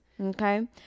Okay